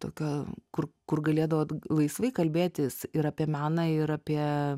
tokia kur kur galėdavot laisvai kalbėtis ir apie meną ir apie